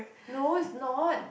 no it's not